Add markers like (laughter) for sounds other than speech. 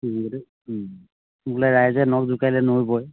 (unintelligible) বোলে ৰাইজে নখ জোকাৰিলে নৈ বয়